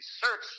search